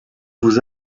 vous